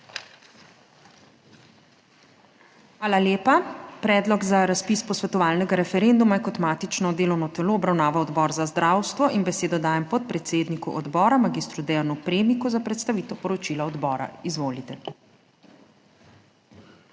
Hvala lepa. Predlog za razpis posvetovalnega referenduma je kot matično delovno telo obravnaval Odbor za zdravstvo in besedo dajem podpredsedniku odbora, magistru Deanu Premiku za predstavitev poročila odbora. Izvolite.